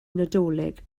nadolig